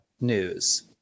news